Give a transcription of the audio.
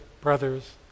brothers